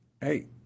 Hey